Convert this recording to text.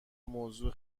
موضوع